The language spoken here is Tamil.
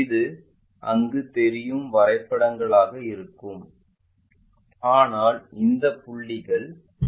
இது அங்கு தெரியும் வரைபடங்களாக இருக்கும் ஆனால் இந்த புள்ளிகள் அந்த விளிம்புகள் தெரியாது